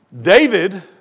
David